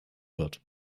wird